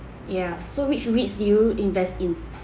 ya so which REITs do you invest in